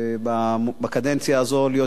בקדנציה הזאת, להיות יושב-ראש השדולה,